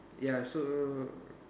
ya so